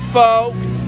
folks